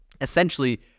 essentially